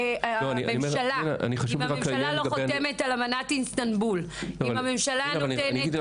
אם הממשלה לא חותמת על אמנת איסטנבול ואם הממשלה נותנת